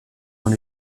dans